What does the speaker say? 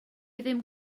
ddim